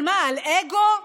על מה, על אגו?